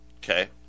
Okay